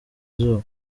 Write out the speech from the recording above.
izuba